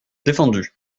défendu